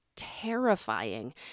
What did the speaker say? terrifying